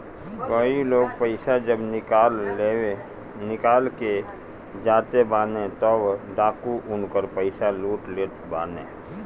कई लोग पईसा जब निकाल के जाते बाने तअ डाकू उनकर पईसा लूट लेत बाने